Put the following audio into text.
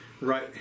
right